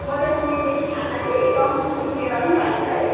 म त चिनी बेसी खान्न कि कम चिनीवाला पनि पाइन्छ है